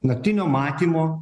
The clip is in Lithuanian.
naktinio matymo